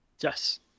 Yes